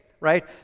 right